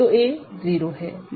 तो a 0 है